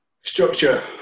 Structure